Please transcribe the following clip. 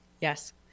yes